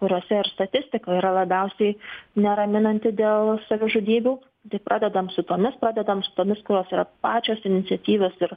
kuriose ir statistika yra labiausiai neraminanti dėl savižudybių tai pradedam su tomis padedam su tomis kurios yra pačios iniciatyvos ir